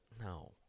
No